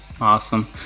awesome